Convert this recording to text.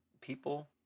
people